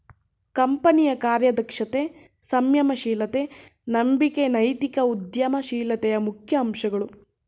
ಕಂಪನಿಯ ಕಾರ್ಯದಕ್ಷತೆ, ಸಂಯಮ ಶೀಲತೆ, ನಂಬಿಕೆ ನೈತಿಕ ಉದ್ಯಮ ಶೀಲತೆಯ ಮುಖ್ಯ ಅಂಶಗಳು